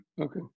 okay